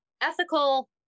ethical